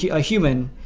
yeah a human,